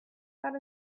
got